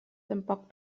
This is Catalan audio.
tampoc